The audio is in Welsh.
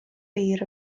fur